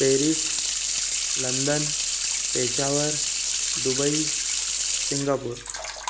Paris London Peshawar Dubai Singapore